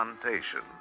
plantation